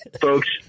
folks